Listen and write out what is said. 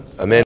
Amen